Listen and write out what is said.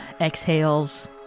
exhales